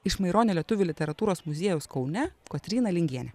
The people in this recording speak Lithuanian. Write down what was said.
iš maironio lietuvių literatūros muziejaus kaune kotryna lingienė